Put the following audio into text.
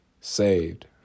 saved